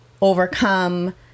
overcome